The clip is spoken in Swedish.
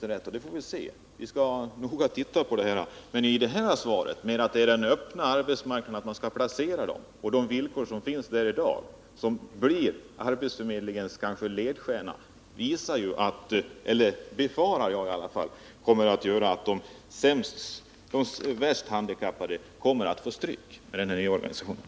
Men beskedet i det nu lämnade svaret, innebärande att dessa människor skall placeras på den öppna marknaden, med de villkor som råder där i dag, kommer kanske att bli arbetsförmedlingens ledstjärna. Jag befarar i varje fall att det blir de svårast handikappade som kommer att få ta stryk i den nya organisationen.